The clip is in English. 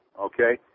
Okay